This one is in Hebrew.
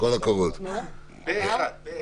במיוחד על אוכלוסיות שבהן היו יותר חולים ומחלימים?